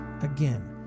again